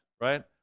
right